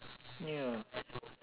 ya